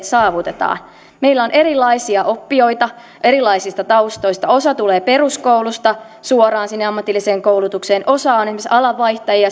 saavutetaan meillä on erilaisia oppijoita erilaisista taustoista osa tulee peruskoulusta suoraan sinne ammatilliseen koulutukseen osa on esimerkiksi alanvaihtajia